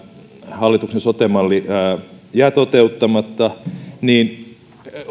hallituksen sote malli jää toteuttamatta niin